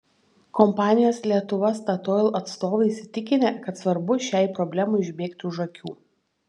kompanijos lietuva statoil atstovai įsitikinę kad svarbu šiai problemai užbėgti už akių